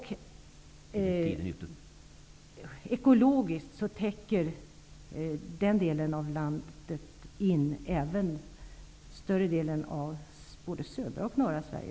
Ekologiskt täcker den delen av landet in även större delen av både södra och norra Sverige.